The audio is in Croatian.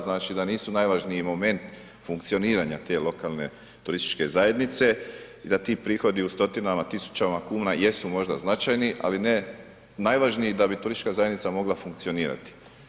Znači da nisu najvažniji moment funkcioniranja te lokalne, turističke zajednice i da ti prihodi u stotinama, tisućama kuna, jesu možda značajni, ali ne najvažniji da bi turistička zajednica mogla funkcionirati.